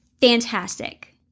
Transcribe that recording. fantastic